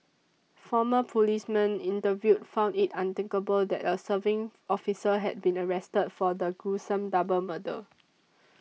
former policemen interviewed found it unthinkable that a serving officer had been arrested for the gruesome double murder